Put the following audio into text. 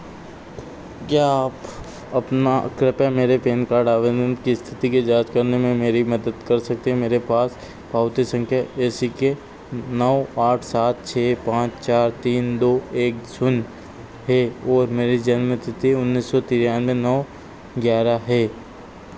क्या आप अपना कृपया मेरे पैन कार्ड आवेदन की स्थिति की जाँच करने में मेरी मदद कर सकते हैं मेरे पास पावती संख्या ए सी के नौ आठ सात छः पाँच चार तीन दो एक शून्य है और मेरी जन्म तिथि उन्नीस सौ तिरानवे नौ ग्यारह है